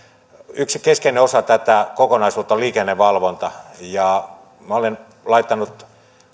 yksi keskeinen osa tätä kokonaisuutta on liikennevalvonta minä olen laittanut